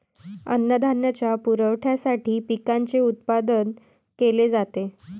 अन्नधान्याच्या पुरवठ्यासाठी पिकांचे उत्पादन केले जाते